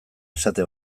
esate